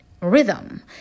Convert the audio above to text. rhythm